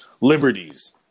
liberties